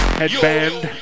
headband